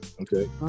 okay